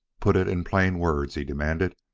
put it in plain words, he demanded.